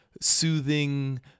soothing